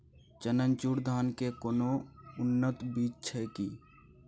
चननचूर धान के कोनो उन्नत बीज छै कि नय?